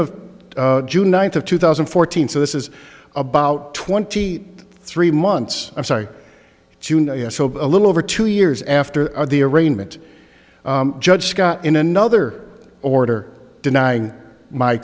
of june ninth of two thousand and fourteen so this is about twenty three months i'm sorry june a little over two years after the arraignment judge scott in another order denying my